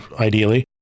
ideally